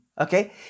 okay